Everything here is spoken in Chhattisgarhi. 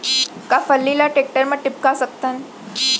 का फल्ली ल टेकटर म टिपका सकथन?